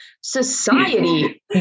Society